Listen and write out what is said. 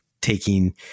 taking-